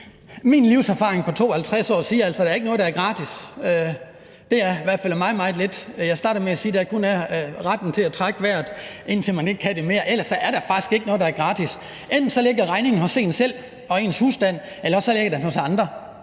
min livserfaring på 52 år siger mig altså, at der ikke er noget, der er gratis. Det er i hvert fald meget, meget lidt. Jeg startede med at sige, at der kun er retten til at trække vejret, indtil man ikke kan det mere her – ellers er der faktisk ikke noget, der er gratis. Enten ligger regningen hos en selv og ens husstand, eller også ligger den hos andre.